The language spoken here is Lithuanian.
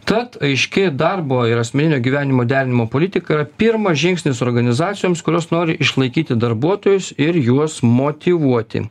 tad aiški darbo ir asmeninio gyvenimo derinimo politika yra pirmas žingsnis organizacijoms kurios nori išlaikyti darbuotojus ir juos motyvuoti